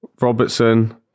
Robertson